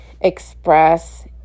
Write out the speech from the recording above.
express